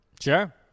Sure